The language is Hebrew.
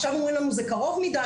עכשיו אומרים לנו, זה קרוב מדי.